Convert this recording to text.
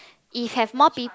if have more pi